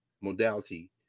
modality